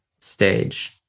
stage